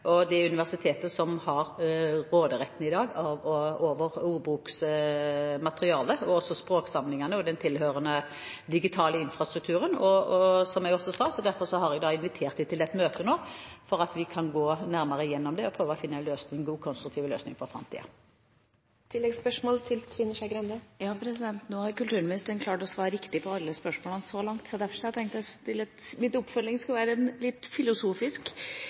har råderetten over ordbokmaterialet, språksamlingene og den tilhørende digitale infrastrukturen. Som jeg sa, har jeg derfor invitert dem til et møte nå slik at vi kan gå nærmere gjennom det og prøve å finne en god, konstruktiv løsning for framtiden. Nå har kulturministeren klart å svare riktig på alle spørsmålene så langt, så derfor hadde jeg tenkt at min oppfølging skulle ha en litt filosofisk